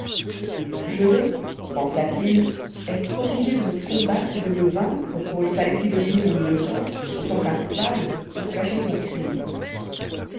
je vais pensa-t-il être obligé de me combattre et de me vaincre pour ne pas laisser deviner mon innocence autant qu'un coupable pour cacher son crime